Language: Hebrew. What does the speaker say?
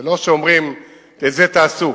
זה לא שאומרים: לזה תעשו.